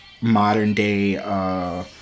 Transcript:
modern-day